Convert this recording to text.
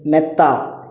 മെത്ത